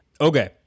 Okay